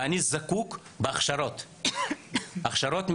אני זקוק להכשרות מתנדבים.